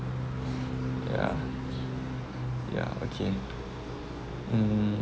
ya ya okay hmm